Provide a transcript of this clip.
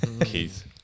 Keith